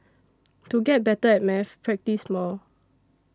to get better at maths practise more